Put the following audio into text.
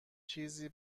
چیزی